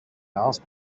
asked